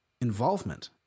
involvement